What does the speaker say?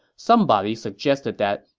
somebody suggested that,